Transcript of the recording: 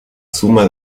suma